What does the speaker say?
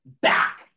back